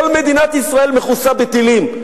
כל מדינת ישראל מכוסה בטילים.